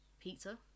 pizza